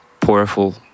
powerful